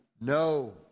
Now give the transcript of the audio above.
No